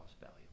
value